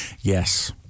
Yes